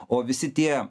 o visi tie